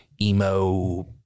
emo